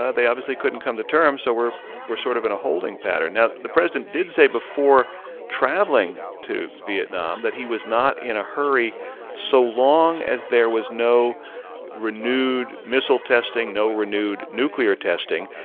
ah they obviously couldn't come to terms, so we're we're sort of in a holding pattern now, the president did say before traveling to vietnam that he was not in a hurry so long as there was no renewed missile testing, no renewed nuclear testing.